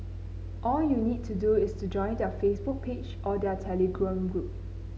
all you need to do is to join their Facebook page or their Telegram group